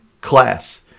class